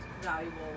valuable